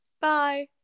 Bye